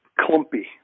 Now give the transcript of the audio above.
clumpy